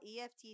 EFT